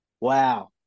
Wow